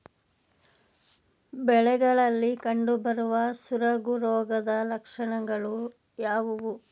ಬೆಳೆಗಳಲ್ಲಿ ಕಂಡುಬರುವ ಸೊರಗು ರೋಗದ ಲಕ್ಷಣಗಳು ಯಾವುವು?